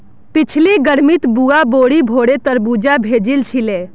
पिछली गर्मीत बुआ बोरी भोरे तरबूज भेजिल छिले